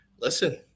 Listen